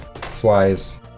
flies